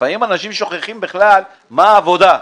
לפעמים אנשים שוכחים בכלל מה העבודה.